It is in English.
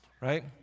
right